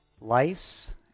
lice